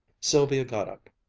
sylvia got up,